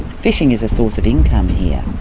fishing is a source of income here.